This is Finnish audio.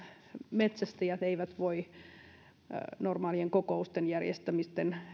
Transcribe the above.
metsästäjät eivät normaalien kokousten järjestämisen